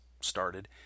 started